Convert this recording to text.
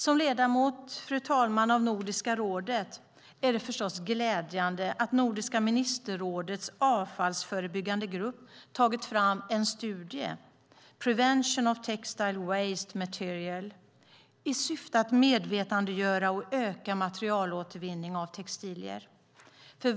Som ledamot av Nordiska rådet tycker jag förstås att det är glädjande att Nordiska ministerrådets avfallsförebyggande grupp tagit fram studien Prevention of Textile Waste i syfte att medvetandegöra om och öka materialåtervinning av textilier.